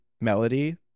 melody